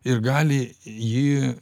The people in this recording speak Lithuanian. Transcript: ir gali jį